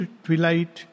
twilight